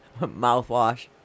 Mouthwash